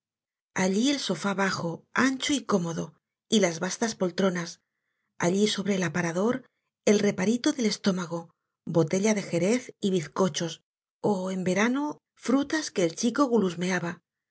allí el sofá bajo ancho y cómodo y las vastas poltronas allí sobre el aparador el reparito del estómago botella de jerez y bizcochos ó en verano frutas que el chico